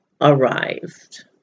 arrived